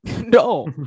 no